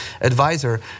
advisor